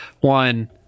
one